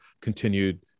continued